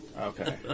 Okay